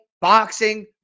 boxing